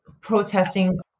protesting